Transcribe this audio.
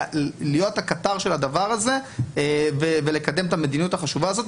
להיות הקטר של הדבר הזה ולקדם את המדיניות החשובה הזאת.